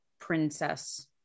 princess